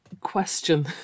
question